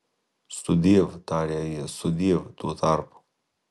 sudiev tarė ji sudiev tuo tarpu